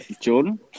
Jordan